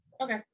okay